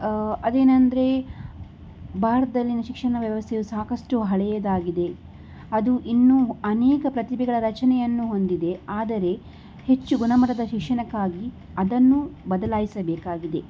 ಅದೇನಂದರೆ ಭಾರತದಲ್ಲಿನ ಶಿಕ್ಷಣ ವ್ಯವಸ್ಥೆಯು ಸಾಕಷ್ಟು ಹಳೆಯದಾಗಿದೆ ಅದು ಇನ್ನೂ ಅನೇಕ ಪ್ರತಿಭೆಗಳ ರಚನೆಯನ್ನು ಹೊಂದಿದೆ ಆದರೆ ಹೆಚ್ಚು ಗುಣಮಟ್ಟದ ಶಿಕ್ಷಣಕ್ಕಾಗಿ ಅದನ್ನು ಬದಲಾಯಿಸಬೇಕಾಗಿದೆ